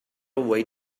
way